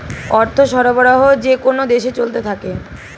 অর্থ সরবরাহ যেকোন দেশে চলতে থাকে